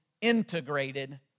integrated